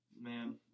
Man